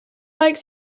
like